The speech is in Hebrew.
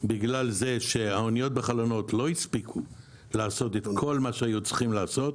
כי האניות בחלונות לא הספיקו לעשות את כל מה שהיו צריכים לעשות,